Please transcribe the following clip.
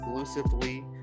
exclusively